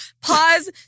Pause